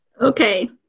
Okay